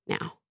now